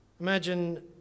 Imagine